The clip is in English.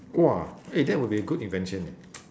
!wah! eh that would be a good invention leh